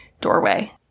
doorway